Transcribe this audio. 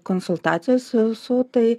konsultacijos su su tai